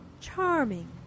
Charming